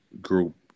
group